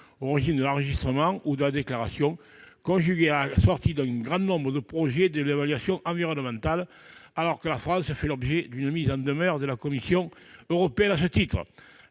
à celui de l'enregistrement ou de la déclaration, à la sortie d'un grand nombre de projets de l'évaluation environnementale, alors même que la France fait l'objet d'une mise en demeure de la Commission européenne, à la remise